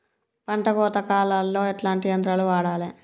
పంట కోత కాలాల్లో ఎట్లాంటి యంత్రాలు వాడాలే?